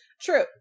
True